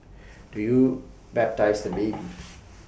do you baptise the baby